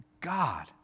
God